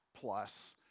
plus